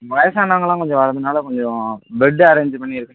வயதானவங்கள்லாம் கொஞ்சம் வரதுனால் கொஞ்சம் பெட்டு அரேஞ்சு பண்ணியிருக்க